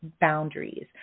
boundaries